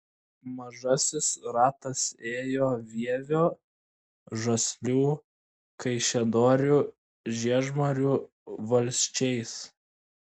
mažasis ratas ėjo vievio žaslių kaišiadorių žiežmarių valsčiais